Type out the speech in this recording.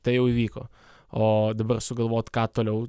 tai jau įvyko o dabar sugalvot ką toliau